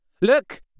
Look